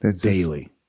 Daily